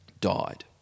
died